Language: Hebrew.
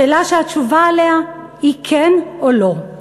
שאלה שהתשובה עליה היא "כן" או "לא".